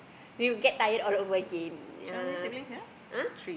we'll get tired all over again ya uh